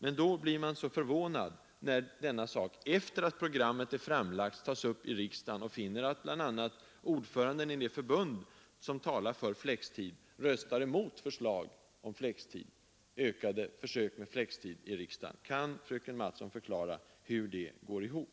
Därför blir man så förvånad, när denna sak, efter att programmet är framlagt, tas upp i riksdagen och bl.a. ordföranden i det förbund som talar för flexibel arbetstid röstar mot förslaget om ökade försök med flextid. Kan fröken Mattson förklara hur det går ihop?